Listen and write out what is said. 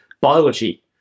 biology